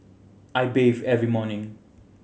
I bathe every morning